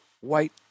white